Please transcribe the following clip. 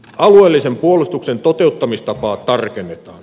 alueellisen puolustuksen toteuttamistapaa tarkennetaan